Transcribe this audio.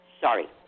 Sorry